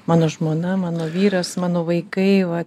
mano žmona mano vyras mano vaikai va